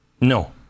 No